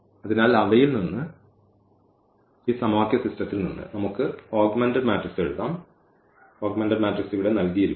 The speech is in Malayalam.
അതിനാൽ അവയിൽ നിന്ന് ഈ സമവാക്യ സിസ്റ്റത്തിൽ നിന്ന് നമുക്ക് ഈ ഓഗ്മെന്റഡ് മാട്രിക്സ് എഴുതാം ഓഗ്മെന്റഡ് മാട്രിക്സ് ഇവിടെ നൽകിയിരിക്കുന്നു